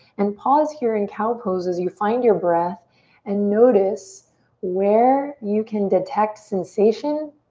and pause here in cow pose as you find your breath and notice where you can detect sensation